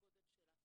הגודל שלה.